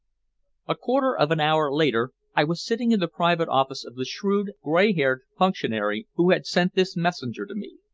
a quarter of an hour later i was sitting in the private office of the shrewd, gray-haired functionary who had sent this messenger to me.